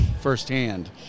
firsthand